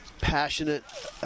passionate